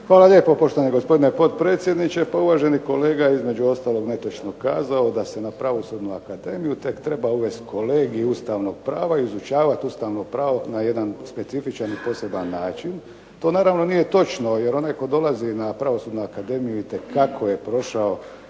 Hvala lijepo, poštovani gospodine potpredsjedniče. Pa uvaženi kolega, između ostalog je netočno kazao da se na Pravosudnu akademiju tek treba uvesti kolegij ustavnog prava, izučavat ustavno pravo na jedan specifičan i poseban način. To naravno nije točno, jer onaj tko dolazi na Pravosudnu akademiju itekako je prošao